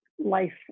Life